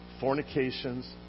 fornications